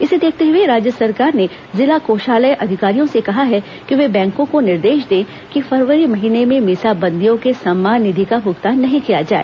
इसे देखते हुए राज्य सरकार ने जिला कोषालय अधिकारियों से कहा हैं कि वे बैंको को निर्देश दे कि फरवरी महीने में मीसा बंदियों के सम्मान निधि का भुगतान नहीं किया जाए